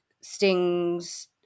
stings